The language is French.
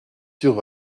sur